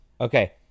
Okay